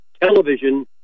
television